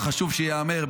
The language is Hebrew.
וחשוב שייאמר,